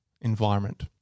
environment